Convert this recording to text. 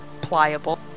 pliable